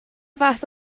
fath